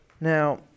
now